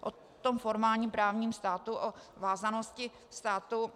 O tom formálním právním státu, o vázanosti státu